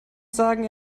sagen